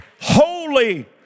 Holy